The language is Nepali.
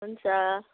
हुन्छ